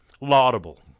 laudable